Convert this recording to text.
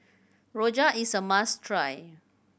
rojak is a must try